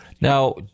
Now